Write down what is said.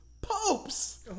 popes